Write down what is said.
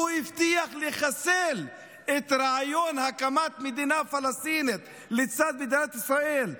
הוא הבטיח לחסל את רעיון הקמת מדינה פלסטינית לצד מדינת ישראל,